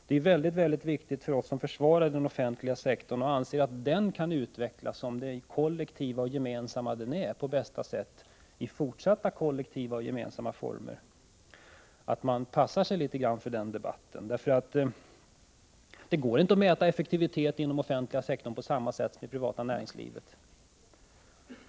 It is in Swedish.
Det är mycket viktigt för oss som försvarar den offentliga sektorn och anser att den i fortsättningen kan utvecklas på bästa sätt i kollektiva och gemensamma former att vi passar oss för den debatten, eftersom det inte går att mäta effektivitet inom den offentliga sektorn på samma sätt som i det privata näringslivet.